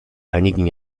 einigen